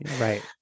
Right